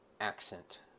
accent